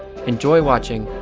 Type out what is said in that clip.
enjoy watching,